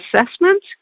assessment